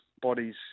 bodies